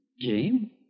Game